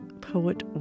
poet